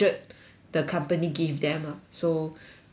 the company give them ah so the more